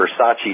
Versace